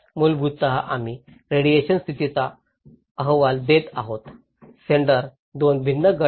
मूलतः आम्ही रेडिएशन स्थितीचा अहवाल देत आहोत सेंडर दोन भिन्न गट आहेत